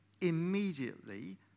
immediately